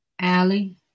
Allie